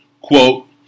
quote